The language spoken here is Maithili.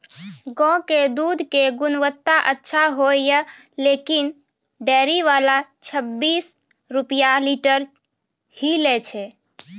गांव के दूध के गुणवत्ता अच्छा होय या लेकिन डेयरी वाला छब्बीस रुपिया लीटर ही लेय छै?